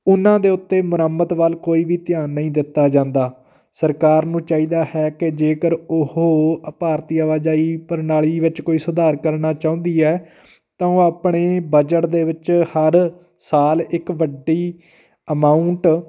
ਉਹਨਾਂ ਦੇ ਉੱਤੇ ਮੁਰੰਮਤ ਵੱਲ ਕੋਈ ਵੀ ਧਿਆਨ ਨਹੀਂ ਦਿੱਤਾ ਜਾਂਦਾ ਸਰਕਾਰ ਨੂੰ ਚਾਹੀਦਾ ਹੈ ਕਿ ਜੇਕਰ ਉਹ ਅ ਭਾਰਤੀ ਆਵਾਜਾਈ ਪ੍ਰਣਾਲੀ ਵਿੱਚ ਕੋਈ ਸੁਧਾਰ ਕਰਨਾ ਚਾਹੁੰਦੀ ਹੈ ਤਾਂ ਉਹ ਆਪਣੇ ਬਜਟ ਦੇ ਵਿੱਚ ਹਰ ਸਾਲ ਇੱਕ ਵੱਡੀ ਅਮਾਊਂਟ